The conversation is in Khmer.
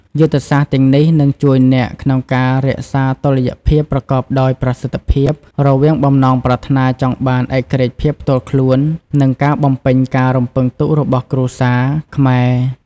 យុទ្ធសាស្ត្រទាំងនេះនឹងជួយអ្នកក្នុងការរក្សាតុល្យភាពប្រកបដោយប្រសិទ្ធភាព រវាងបំណងប្រាថ្នាចង់បានឯករាជ្យភាពផ្ទាល់ខ្លួន និងការបំពេញការរំពឹងទុករបស់គ្រួសារខ្មែរ។